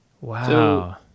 wow